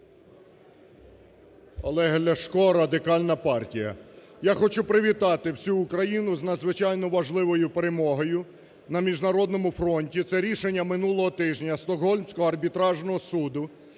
Олег Ляшко, Радикальна партія. Я хочу привітати всю Україну з надзвичайно важливою перемогою на міжнародному фронті, це рішення минулого тижня Стокгольмського арбітражного суду,